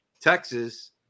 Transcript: Texas